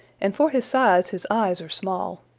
and for his size his eyes are small.